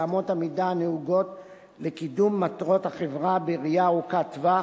לאמות המידה הנהוגות לקידום מטרות החברה בראייה ארוכת טווח,